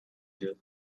deal